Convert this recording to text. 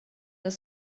jag